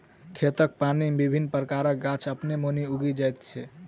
खेतक पानि मे विभिन्न प्रकारक गाछ अपने मोने उगि जाइत छै